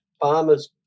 Farmers